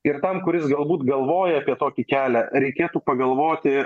ir tam kuris galbūt galvoja apie tokį kelią reikėtų pagalvoti